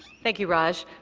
thank you, raj.